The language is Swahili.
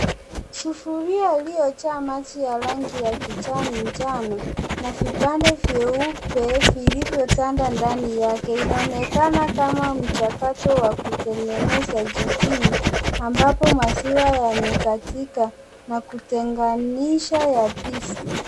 Sufuri iliyo jaa maji ya rangi ya kijani njano na vipande vyeupe vilivyo tanda ndani yake, inaonekana kama mchakato wa kutengeneza jipini ambapo maziwa yamegandika na kutenganisha yadhisi.